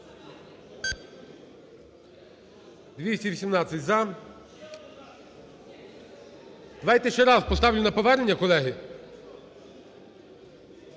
218 – за. Давайте ще раз поставлю на повернення, колеги.